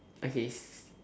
okay